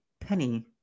penny